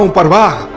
um but